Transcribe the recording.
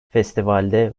festivalde